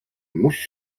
musi